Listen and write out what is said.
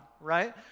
right